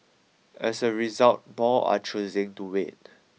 as a result more are choosing to wait